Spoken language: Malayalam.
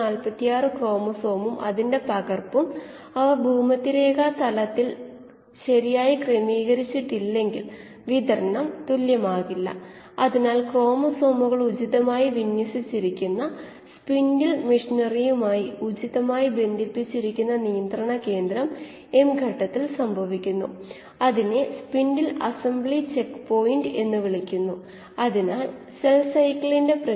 പക്ഷേ പൂർണ്ണമായും യാന്ത്രികം ആണെങ്കിൽ ചില വ്യവസായങ്ങൾ തുടർച്ചയായി ചെയ്യുന്നതിലേക്ക് മാറാറുണ്ട് കാരണം തുടർച്ചയായി ബയോ റിയാക്ടർ ഒരു ബാച്ച് ബയോ റിയാക്ടറിനേക്കാൾ മൂന്നോ നാലോ ഇരട്ടി ഉൽപാദനക്ഷമതയുള്ളതാണെന്ന് നമ്മൾ തെളിയിച്ചു കഴിഞ്ഞു